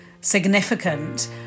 significant